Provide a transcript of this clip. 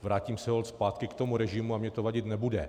Vrátím se holt zpátky k tomu režimu a mně to vadit nebude.